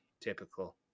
typical